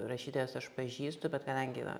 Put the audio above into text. rašytojas aš pažįstu bet kadangi na